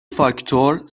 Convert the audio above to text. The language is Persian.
فاکتور